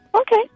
Okay